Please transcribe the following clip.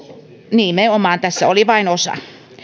nimenomaan tässä oli vain osa